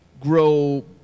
grow